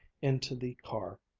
into the car.